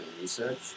research